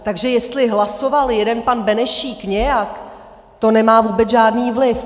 Takže jestli hlasoval jeden pan Benešík nějak, to nemá vůbec žádný vliv.